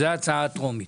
זה הצעה טרומית